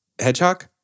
Hedgehog